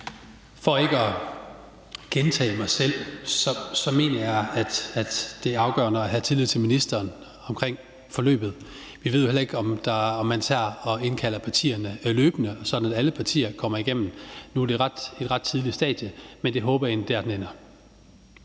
for at gentage mig selv mener jeg, det er afgørende at have tillid til ministeren omkring forløbet. Vi ved jo heller ikke, om man tager og indkalder partierne løbende, sådan at alle partier kommer igennem. Nu er det på et ret tidligt stadie, men jeg håber, at det der, den ender.